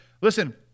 listen